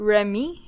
Remy